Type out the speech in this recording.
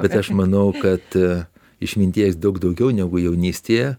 bet aš manau kad išminties daug daugiau negu jaunystėje